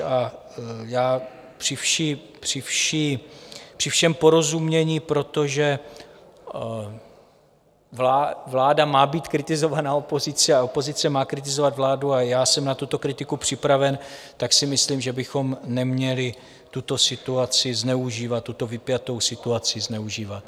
A já při všem porozumění, protože vláda má být kritizována opozicí, opozice má kritizovat vládu a já jsem na tuto kritiku připraven, tak si myslím, že bychom neměli tuto situaci zneužívat, tuto vypjatou situaci zneužívat.